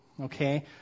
Okay